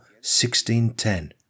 1610